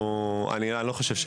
אני לא חושב.